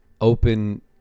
open